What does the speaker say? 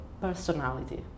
personality